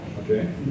Okay